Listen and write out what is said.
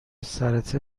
سرته